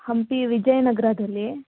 Hampi ವಿಜಯನಗರದಲ್ಲಿ